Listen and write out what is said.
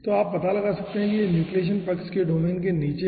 तो आप यह पता लगा सकते हैं कि यह न्यूक्लियेशन पक्ष के डोमेन के नीचे है